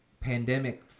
pandemic